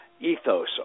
ethos